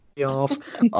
off